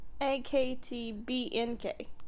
A-K-T-B-N-K